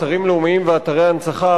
אתרים לאומיים ואתרי הנצחה,